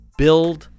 build